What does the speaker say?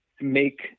make